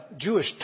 Jewish